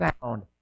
found